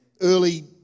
early